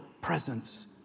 presence